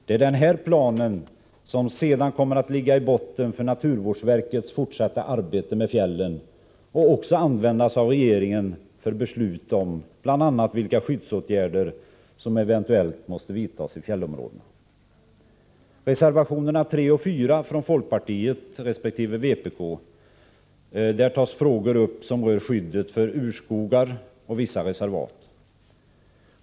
Det är den här planen som sedan kommer att ligga i botten för naturvårdsverkets fortsatta arbete med fjällen och också användas av regeringen för beslut om bl.a. vilka skyddsåtgärder som eventuellt måste vidtas i fjällområdena. Reservationerna 3 och 4 från folkpartiet resp. vpk tar upp frågor som rör skyddet för urskogar och vissa reservat.